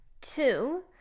Two